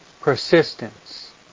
persistence